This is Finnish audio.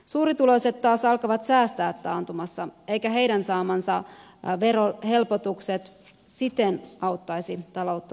suurituloiset taas alkavat taantumassa säästää eivätkä heidän saamansa verohelpotukset siten auttaisi taloutta toipumaan